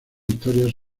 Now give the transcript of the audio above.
historias